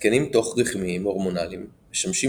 התקנים תוך רחמיים הורמונליים משמשים